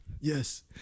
Yes